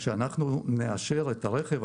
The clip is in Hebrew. כשאנחנו נאשר את הרכב,